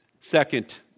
Second